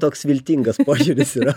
toks viltingas požiūris yra